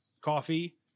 coffee